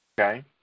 Okay